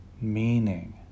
meaning